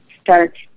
start